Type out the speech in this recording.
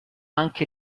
anche